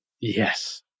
yes